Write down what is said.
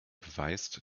beweist